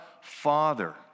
Father